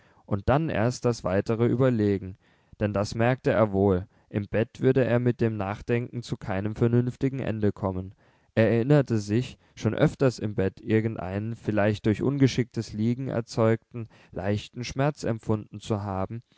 und dann erst das weitere überlegen denn das merkte er wohl im bett würde er mit dem nachdenken zu keinem vernünftigen ende kommen er erinnerte sich schon öfters im bett irgendeinen vielleicht durch ungeschicktes liegen erzeugten leichten schmerz empfunden zu haben